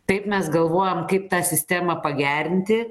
taip mes galvojam kaip tą sistemą pagerinti